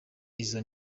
izo